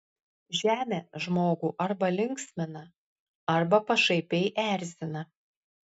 žemė žmogų arba linksmina arba pašaipiai erzina